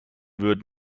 wird